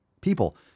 people